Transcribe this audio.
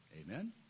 Amen